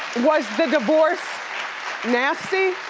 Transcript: was the divorce nasty?